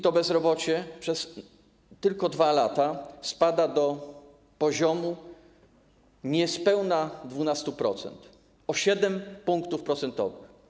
To bezrobocie przez tylko 2 lata spada do poziomu niespełna 12%, o 7 punktów procentowych.